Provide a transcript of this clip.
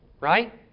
Right